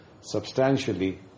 substantially